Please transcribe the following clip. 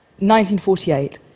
1948